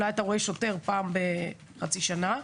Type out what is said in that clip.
שם אתה רואה שוטר אולי פעם בחצי שנה.